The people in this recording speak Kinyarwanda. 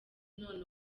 none